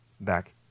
back